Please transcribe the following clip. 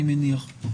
אני מניח,